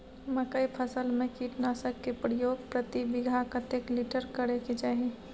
मकई फसल में कीटनासक के प्रयोग प्रति बीघा कतेक लीटर करय के चाही?